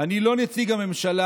אני לא נציג הממשלה.